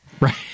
Right